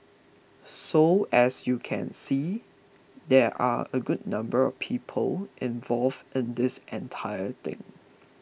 so as you can see there are a good number of people involved in this entire thing